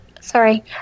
Sorry